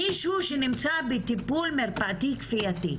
מישהו שנמצא בטיפול מרפאתי כפייתי,